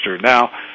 now